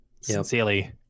Sincerely